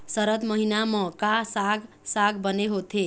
सरद महीना म का साक साग बने होथे?